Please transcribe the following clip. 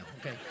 Okay